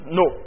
no